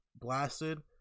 blasted